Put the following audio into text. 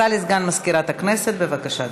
42 חברי כנסת, 58 מתנגדים,